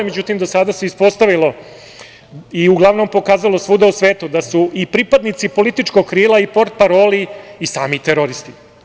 Međutim, do sada se ispostavilo i uglavnom pokazalo svuda u svetu da su i pripadnici političkog krila i potparoli sami teroristi.